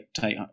take